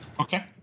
Okay